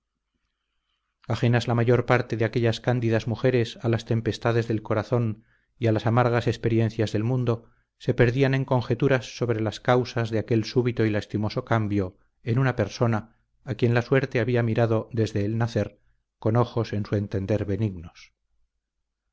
ajenas la mayor parte de aquellas cándidas mujeres a las tempestades del corazón y a las amargas experiencias del mundo se perdían en conjeturas sobre las causas de aquel súbito y lastimoso cambio en una persona a quien la suerte había mirado desde el nacer con ojos en su entender benignos